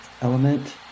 element